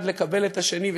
1. לקבל את השני,